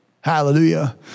Hallelujah